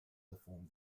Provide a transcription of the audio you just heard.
perform